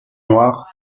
noire